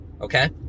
Okay